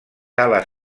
ales